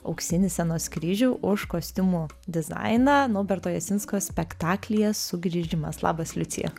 auksinį scenos kryžių už kostiumų dizainą norberto jasinsko spektaklyje sugrįžimas labas liucija